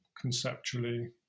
conceptually